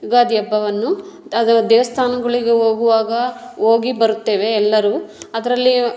ಯುಗಾದಿ ಹಬ್ಬವನ್ನು ಯಾವುದರ ದೇವಸ್ಥಾನಗಳಿಗೆ ಹೋಗುವಾಗ ಹೋಗಿ ಬರುತ್ತೇವೆ ಎಲ್ಲರೂ ಅದರಲ್ಲಿಯ